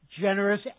generous